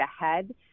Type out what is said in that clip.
ahead